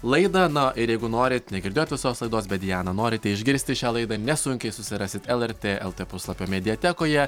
laidą na ir jeigu norit negirdėjot visos laidos bet dianą norite išgirsti šią laidą nesunkiai susirasit lrt lt puslapio mediatekoje